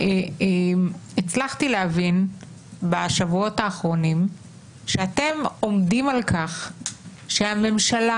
הצלחתי להבין בשבועות האחרונים שאתם עומדים על כך שהממשלה